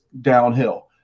downhill